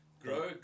Grow